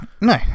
No